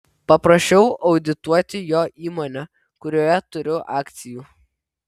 paprašiau audituoti jo įmonę kurioje turiu akcijų